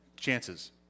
Chances